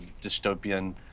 dystopian